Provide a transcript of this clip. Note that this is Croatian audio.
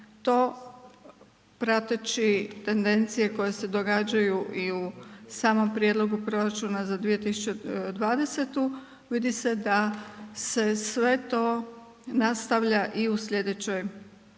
To prateći tendencije koje se događaju i u samom prijedlogu proračuna za 2020. Vidi se da se sve to nastavlja i u sljedećoj